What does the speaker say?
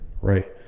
Right